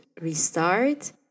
restart